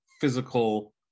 physical